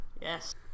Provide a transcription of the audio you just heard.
Yes